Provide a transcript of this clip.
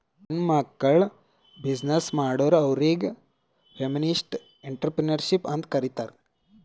ಹೆಣ್ಮಕ್ಕುಳ್ ಬಿಸಿನ್ನೆಸ್ ಮಾಡುರ್ ಅವ್ರಿಗ ಫೆಮಿನಿಸ್ಟ್ ಎಂಟ್ರರ್ಪ್ರಿನರ್ಶಿಪ್ ಅಂತ್ ಕರೀತಾರ್